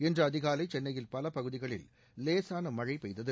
இன்று அதிகாலை சென்னையின் பல பகுதிகளில் லேசான மழை பெய்தது